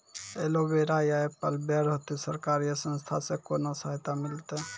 Aloe vera या apple बैर होते? सरकार या संस्था से कोनो सहायता मिलते?